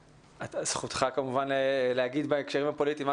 זכותך כמובן להגיד בהקשרים הפוליטיים מה